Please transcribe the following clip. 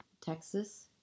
Texas